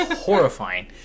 horrifying